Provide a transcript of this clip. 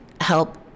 help